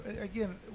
Again